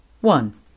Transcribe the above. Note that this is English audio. One